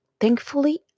Thankfully